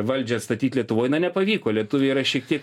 valdžią statyt lietuvoj na nepavyko lietuviai yra šiek tiek